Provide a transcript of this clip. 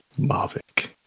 Mavic